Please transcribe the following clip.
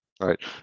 right